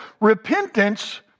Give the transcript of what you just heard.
Repentance